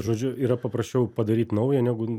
žodžiu yra paprasčiau padaryt naują negu